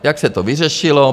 Jak se to vyřešilo?